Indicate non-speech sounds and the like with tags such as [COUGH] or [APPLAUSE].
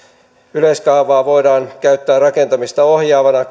yleiskaavaa voidaan käyttää rakentamista ohjaavana [UNINTELLIGIBLE]